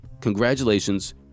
Congratulations